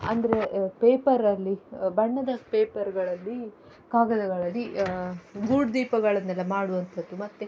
ಅಂದರೆ ಪೇಪರಲ್ಲಿ ಬಣ್ಣದ ಪೇಪರ್ಗಳಲ್ಲಿ ಕಾಗದಗಳಲ್ಲಿ ಗೂಡ್ದೀಪಗಳನ್ನೆಲ್ಲ ಮಾಡುವಂಥದ್ದು ಮತ್ತೆ